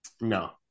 No